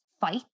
fight